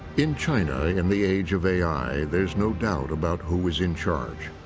in china, in the age of a i, there's no doubt about who is in charge.